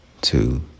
two